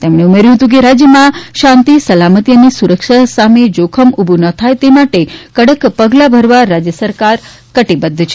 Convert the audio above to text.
તેમણે ઉમેર્યું હતું કે રાજ્યમાં શાંતિ સલામતી અને સુરક્ષા સામે જોખમ ઊભું ન થાય તે માટે કડક પગલાં ભરવા રાજ્ય સરકાર કટિબદ્ધ છે